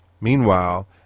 Meanwhile